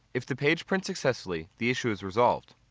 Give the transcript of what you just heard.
if the page prints successfully, the issue is resolved.